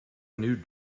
new